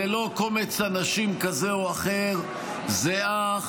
זה לא קומץ אנשים כזה או אחר, זה אך